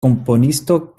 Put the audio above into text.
komponisto